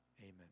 amen